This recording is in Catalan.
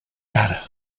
cara